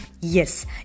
Yes